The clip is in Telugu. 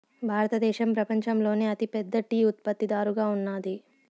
భారతదేశం పపంచంలోనే అతి పెద్ద టీ ఉత్పత్తి దారుగా ఉన్నాది